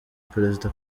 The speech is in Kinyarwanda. perezida